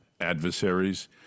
adversaries